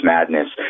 Madness